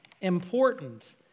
Important